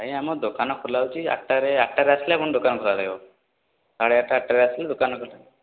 ଆଜ୍ଞା ଆମ ଦୋକାନ ଖୋଲାହେଉଛି ଆଠଟାରେ ଆଠଟାରେ ଆସିଲେ ଆପଣ ଦୋକାନ ଖୋଲା ରହିବ ରହିବ ଆଠଟାରେ ଆସିଲେ ଦୋକାନ